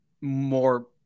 more